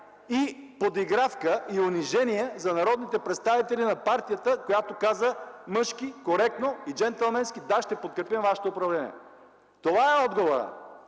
и подигравка, и унижение за народните представители на партията, която каза мъжки, коректно и джентълменски: „Да, ще подкрепим вашето управление!”. Това е отговорът